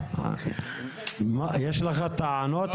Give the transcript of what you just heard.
יש לך טענות,